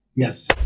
Yes